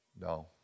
No